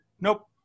nope